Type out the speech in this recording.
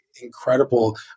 incredible